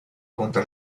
contra